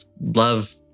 love